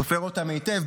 סופר אותם היטב.